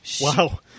wow